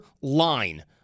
line